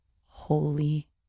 holy